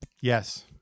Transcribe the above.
Yes